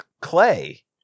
clay